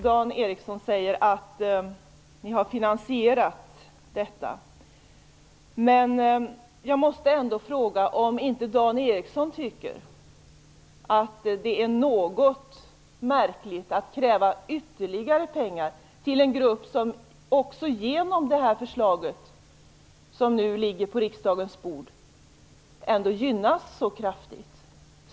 Dan Ericsson säger att ni har finansierat det här. Jag måste ändock fråga om inte Dan Ericsson tycker att det är något märkligt att kräva ytterligare pengar till en grupp som genom det här förslaget som nu ligger på riksdagens bord ändå gynnas så kraftigt.